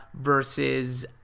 versus